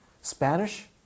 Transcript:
Spanish